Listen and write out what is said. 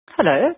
Hello